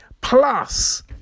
Plus